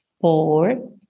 four